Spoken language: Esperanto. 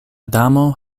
damo